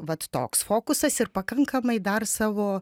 vat toks fokusas ir pakankamai dar savo